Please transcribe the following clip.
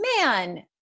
man